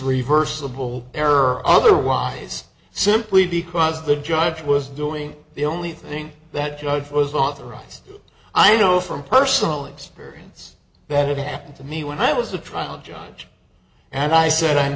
reversible error or otherwise simply because the judge was doing the only thing that judge was authorized i know from personal experience that it happened to me when i was a trial judge and i said i'm